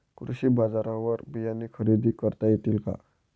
कृषी बाजारवर बियाणे खरेदी करता येतील का?